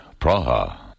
Praha